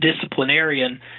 disciplinarian